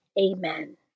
Amen